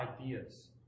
ideas